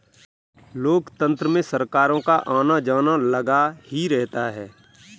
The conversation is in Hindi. लोकतंत्र में सरकारों का आना जाना लगा ही रहता है